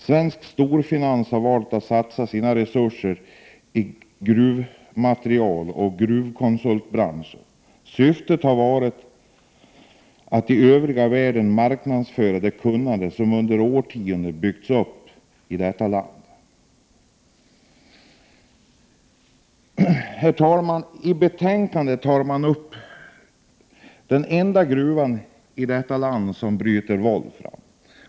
Svensk storfinans har valt att satsa sina resurser på gruvmaterieloch gruvkonsultbranschen. Syftet har varit att i den övriga världen marknadsföra det kunnande som under årtionden byggts upp i detta land. Herr talman! I betänkandet behandlas den enda gruva i detta land som bryter volfram.